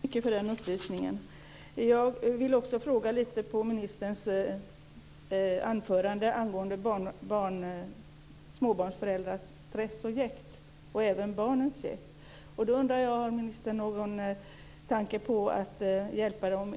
Fru talman! Jag tackar för den upplysningen. Jag vill med anledning av ministerns anförande också ställa en fråga angående småbarnsföräldrarnas och även barnens stress och jäkt. Jag undrar om ministern har någon tanke om att ge dem hjälp i hemmet.